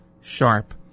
sharp